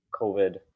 COVID